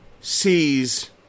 sees